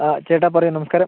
ആ ചേട്ടാ പറയൂ നമസ്കാരം